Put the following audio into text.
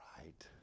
right